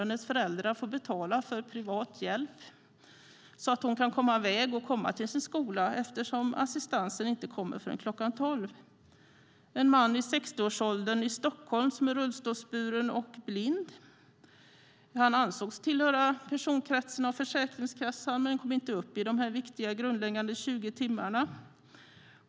Hennes föräldrar får betala för privat hjälp så att hon kan komma i väg till skolan eftersom assistansen inte kommer förrän kl. 12. En man i 60-årsåldern i Stockholm som är rullstolsburen och blind ansågs tillhöra personkretsen av Försäkringskassan men kom inte upp i de viktiga, grundläggande 20 timmarna.